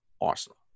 Arsenal